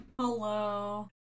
Hello